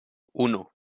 uno